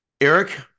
Eric